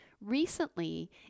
Recently